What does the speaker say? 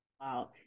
Wow